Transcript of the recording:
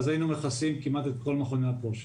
אז היינו מכסים כמעט את כל מכוני הכושר.